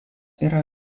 yra